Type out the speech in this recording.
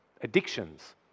addictions